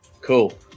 Cool